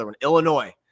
Illinois